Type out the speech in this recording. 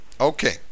Okay